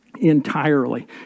entirely